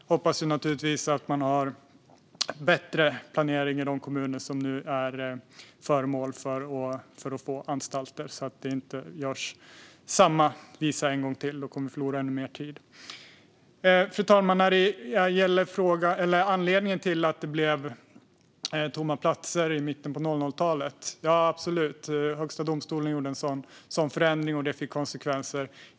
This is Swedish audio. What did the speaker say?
Jag hoppas naturligtvis att man har bättre planering i de kommuner som nu är föremål för diskussionen om att få anstalter så att det inte blir samma visa en gång till, för då kommer vi att förlora ännu mer tid. Fru talman! När det gäller anledningen till att det blev tomma platser i mitten av 00-talet gjorde Högsta domstolen en sådan förändring som fick konsekvenser.